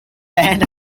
band